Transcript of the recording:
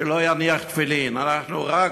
שלא הניח תפילין, אנחנו רק,